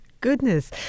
Goodness